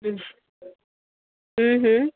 हम्म हम्म हम्म